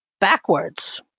backwards